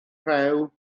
rhew